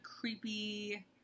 creepy